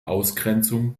ausgrenzung